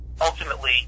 Ultimately